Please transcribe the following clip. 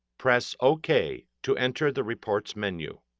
press ok to enter the reports menu.